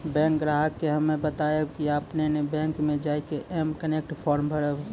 bank ग्राहक के हम्मे बतायब की आपने ने बैंक मे जय के एम कनेक्ट फॉर्म भरबऽ